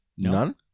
None